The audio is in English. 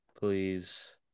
Please